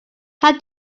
how